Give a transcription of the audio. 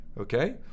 Okay